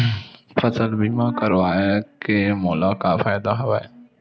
फसल बीमा करवाय के मोला का फ़ायदा हवय?